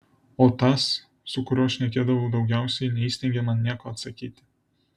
o tas su kuriuo šnekėdavau daugiausiai neįstengė man nieko atsakyti